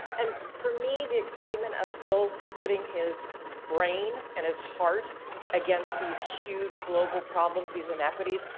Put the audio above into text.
and for me, the excitement of bill putting his brain and his heart against these huge global problems, these inequities,